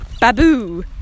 Babu